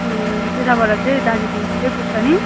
ए त्यताबाट चाहिँ दार्जिलिङ छिटै पुग्छ नि